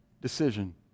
decision